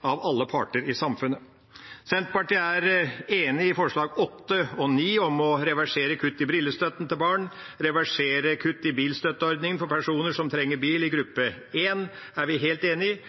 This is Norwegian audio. av alle parter i samfunnet. Senterpartiet er enig i forslagene nr. 7 og nr. 8 – å reversere kutt i brillestøtten til barn og reversere kutt i bilstøtteordningen for personer som trenger bil i gruppe 1, er vi helt enig i.